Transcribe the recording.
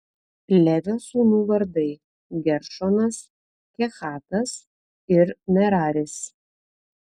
levio sūnų vardai geršonas kehatas ir meraris